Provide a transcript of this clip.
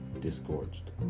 disgorged